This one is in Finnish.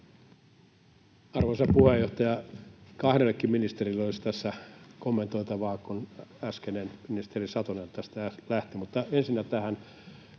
Arvoisa puheenjohtaja! Kahdellekin ministerille olisi tässä kommentoitavaa, kun äskeinen ministeri Satonen tästä lähti.